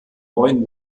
neuen